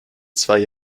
zwei